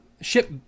ship